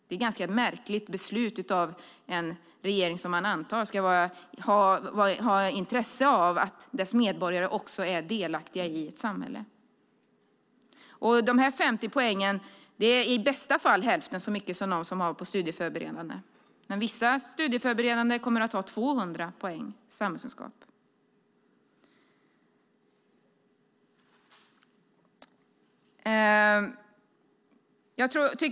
Det är ett ganska märkligt beslut av en regering som man antar ändå ska ha intresse av att medborgarna också är delaktiga i samhället. Och dessa 50 poäng är i bästa fall hälften så mycket som man har på studieförberedande program, men vissa studieförberedande program kommer att ha 200 poäng samhällskunskap.